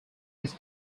his